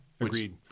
agreed